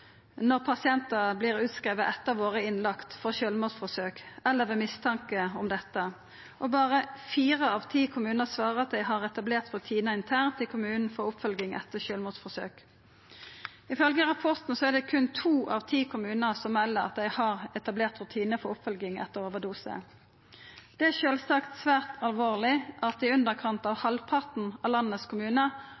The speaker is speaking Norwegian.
sjølvmordsforsøk eller ved mistanke om dette. Og berre fire av ti kommunar svarer at dei har etablert rutinar internt i kommunen for oppfølging etter sjølvmordsforsøk. Ifølgje rapporten er det berre to av ti kommunar som melder at dei har etablert rutinar for oppfølging etter overdose. Det er sjølvsagt svært alvorleg at i underkant av